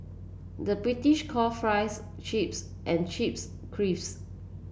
the British call fries chips and chips crisps